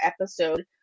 episode